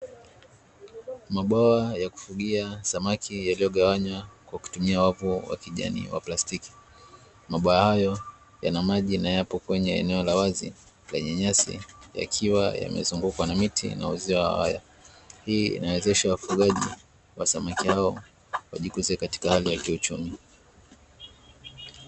Mabwawa ya kufugia samaki yaliyogawanywa kwa kutumia wavu wa kijani wa plastiki. Mabwawa hayo yana maji na yapo kwenye eneo la wazi lenye nyasi yakiwa yamezukwa na miti na uzio wa waya. Hii inawezesha wafugaji wa samaki hao wajikuze katika hali ya kiuchumi.